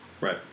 Right